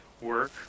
work